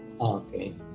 Okay